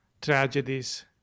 tragedies